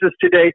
today